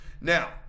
Now